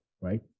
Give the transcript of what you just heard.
right